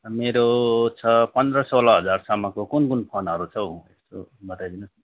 मेरो छ पन्ध्र सोह्र हजारसम्मको कुन कुन फोनहरू छ हौ यसो बताइदिनु होस्